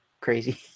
crazy